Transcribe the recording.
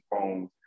phones